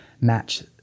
match